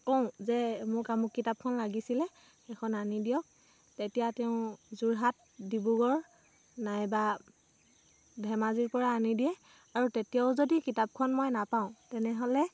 কওঁ যে মোক আমুক কিতাপখন লাগিছিলে সেইখন আনি দিয়ক তেতিয়া তেওঁ যোৰহাট ডিব্ৰুগড় নাইবা ধেমাজিৰ পৰা আনি দিয়ে আৰু তেতিয়াও যদি কিতাপখন মই নাপাওঁ তেনেহ'লে